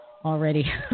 Already